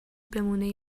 بمونه